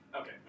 Okay